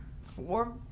four